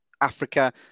africa